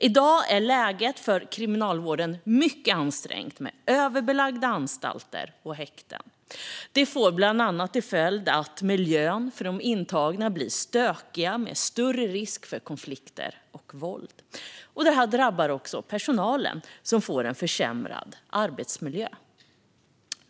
I dag är läget för kriminalvården mycket ansträngt med överbelagda anstalter och häkten. Detta får bland annat till följd att miljön för de intagna blir stökigare med större risk för konflikter och våld. Detta drabbar också personalen, som får en försämrad arbetsmiljö.